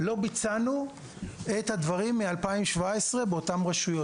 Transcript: לא ביצענו את הדברים באותן רשויות מ-2017.